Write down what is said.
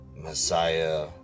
Messiah